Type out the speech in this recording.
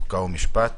חוקה ומשפט.